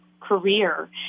career